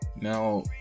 now